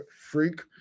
freak